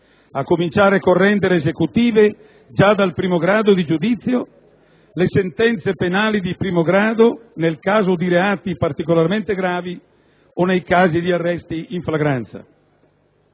a cominciare con il rendere esecutive già dal primo grado di giudizio le sentenze penali nel caso di reati particolarmente gravi o di arresto in flagranza.